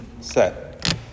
set